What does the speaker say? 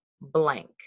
blank